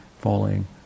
falling